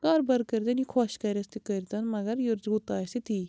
کارو بار کٔرۍ تَن یہِ خۄش کٔریٚٮس تہِ کٔرۍ تَن مگر یہِ رُت آسہِ تی